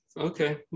Okay